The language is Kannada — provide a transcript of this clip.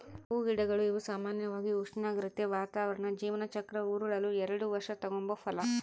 ಹೂಗಿಡಗಳು ಇವು ಸಾಮಾನ್ಯವಾಗಿ ಉಷ್ಣಾಗ್ರತೆ, ವಾತಾವರಣ ಜೀವನ ಚಕ್ರ ಉರುಳಲು ಎಲ್ಡು ವರ್ಷ ತಗಂಬೋ ಫಲ